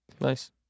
Nice